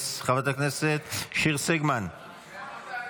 חברת הכנסת סון הר מלך,